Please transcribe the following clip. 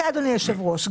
אדוני היושב-ראש,